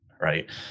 right